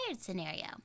scenario